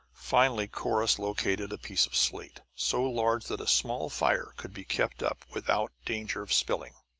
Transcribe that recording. finally corrus located a piece of slate, so large that a small fire could be kept up without danger of spilling.